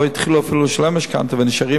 לא התחילו אפילו לשלם משכנתה ונשארים